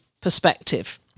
perspective